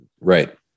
Right